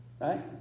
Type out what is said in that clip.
Right